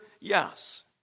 Yes